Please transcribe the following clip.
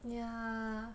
ya